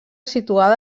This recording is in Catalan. situada